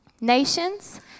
Nations